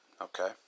okay